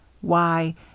Why